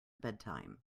bedtime